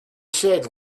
said